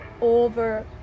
over